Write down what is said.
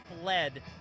fled